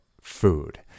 food